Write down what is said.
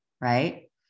right